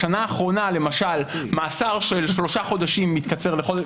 בשנה האחרונה למשל מאסר של שלושה חודשים מתקצר לחודש.